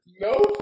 No